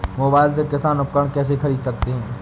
Mobile से किसान उपकरण कैसे ख़रीद सकते है?